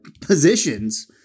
positions